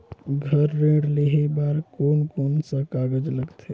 घर ऋण लेहे बार कोन कोन सा कागज लगथे?